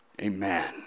Amen